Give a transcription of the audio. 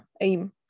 aim